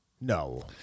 No